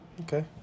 Okay